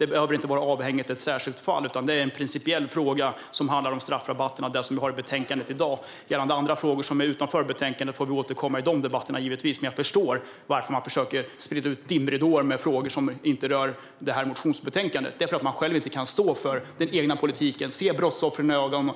Det behöver inte vara avhängigt ett särskilt fall, utan det är en principiell fråga som handlar om straffrabatterna och det som vi har i dagens betänkande. Vad gäller andra frågor som ligger utanför betänkandet får vi givetvis återkomma till dem i debatter som gäller dem. Jag förstår dock varför man försöker sprida ut dimridåer med frågor som inte rör detta motionsbetänkande. Det beror på att man själv inte kan stå för den egna politiken och se brottsoffren i ögonen.